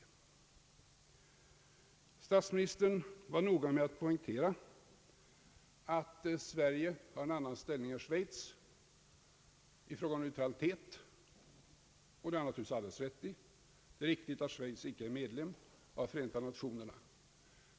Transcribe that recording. Statsministern var noga med att poängtera att Sverige har en annan ställning än Schweiz i fråga om neutraliteten, och det har ham naturligtvis alldeles rätt i. Det är riktigt att Schweiz icke är medlem av Förenta Nationerna.